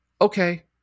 okay